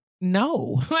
no